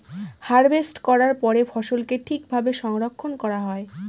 harvest করার পরে ফসলকে ঠিক ভাবে সংরক্ষন করা হয়